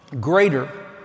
greater